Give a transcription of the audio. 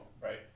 right